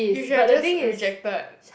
you should have just rejected